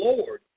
Lord